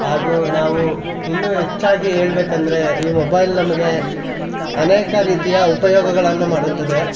ಹಾಗೂ ನಾವು ಇನ್ನೂ ಹೆಚ್ಚಾಗಿ ಹೇಳ್ಬೇಕೆಂದ್ರೆ ಈ ಮೊಬೈಲ್ ನಮಗೆ ಅನೇಕ ರೀತಿಯ ಉಪಯೋಗಗಳನ್ನು ಮಾಡುತ್ತದೆ